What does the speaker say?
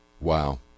wow